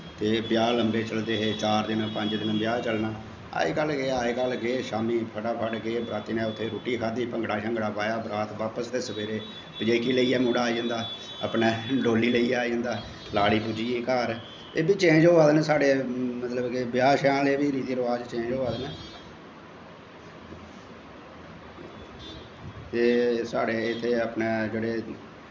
ते ब्याह् लंबे चलदे हे चार दिन पंज दिन ब्याह् चलना अज्ज कल केह् ऐ अज्ज कल शाम्मी फटाफट गे बराती ने उत्थें रुट्टी खाद्धी भंगड़ा शंगड़ा पाया बरात बापस ते सवेरे पज़ेकी लेइयै मुड़ा आई जंदा अपनै डोली लेइयै आई जंदा लाड़ी पुज्जी गेई घर एह् बी चेंज़ होआ दे न साढ़े मतलब कि ब्याह् श्यांह् आह्ले बी रिति रबाज़ चेंज़ होआ दे न ते साढ़े इत्थें अपने जेह्ड़े